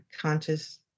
conscious